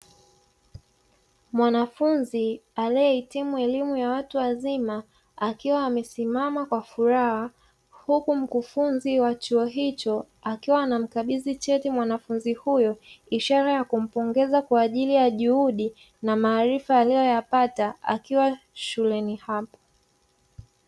Mwanafunzi aliye hitimu elimu ya watu wazima akiwa amesimama kwa furaha huku mkufunzi wa chuo hicho akiwa ana mkabidhi cheti mwanafunzi huyo ishara ya kumpongeza kwa ajili ya juhudi na maarifa aliyopata akiwa shuleni hapo.